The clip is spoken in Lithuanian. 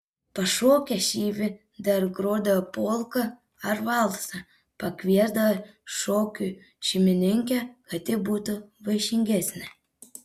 pašokę šyvį dar grodavo polką ar valsą pakviesdavo šokiui šeimininkę kad ji būtų vaišingesnė